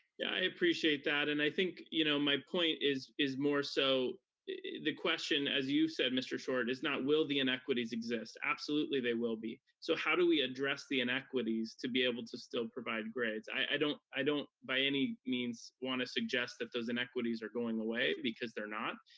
yeah, i appreciate that, and i think, you know, my point is is more so the question, as you said, mr. short, is not will the inequities exist, absolutely they will be, so how do we address the inequities to be able to still provide grades? i don't i don't by any means wanna suggest that those inequities are going away, because they're not.